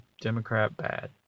Democrat-bad